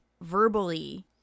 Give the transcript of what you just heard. verbally